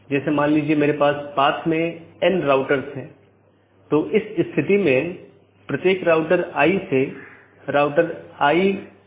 यहाँ multi home AS के 2 या अधिक AS या उससे भी अधिक AS के ऑटॉनमस सिस्टम के कनेक्शन हैं